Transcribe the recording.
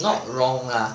not wrong lah